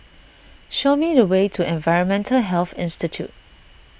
show me the way to Environmental Health Institute